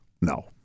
No